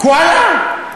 קוואלה?